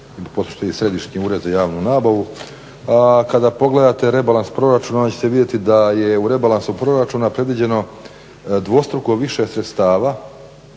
Središnji ured za javnu nabavu, a kada pogledate rebalans proračuna onda ćete vidjeti da je u rebalansu proračuna predviđeno dvostruko više sredstava